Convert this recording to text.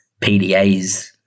PDAs